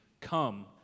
Come